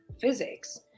physics